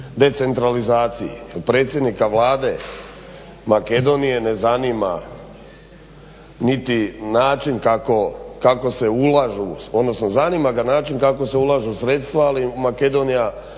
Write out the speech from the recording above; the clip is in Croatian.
decentralizaciji. Jer predsjednika Vlade Makedonije ne zanima niti način kako se ulažu, odnosno zanima